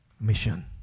Mission